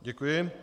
Děkuji.